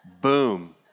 Boom